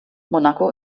monaco